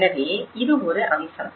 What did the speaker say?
எனவே இது ஒரு அம்சம்